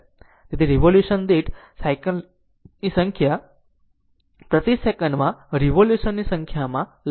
તેથી રીવોલ્યુશન દીઠ સાયકલ ની સંખ્યા પ્રતિ સેકંડમાં રીવોલ્યુશન ની સંખ્યામાં લખી શકો છો